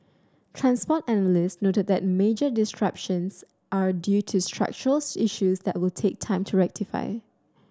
transport analysts noted that major disruptions are due to structural issues that will take time to rectify